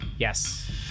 Yes